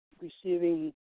receiving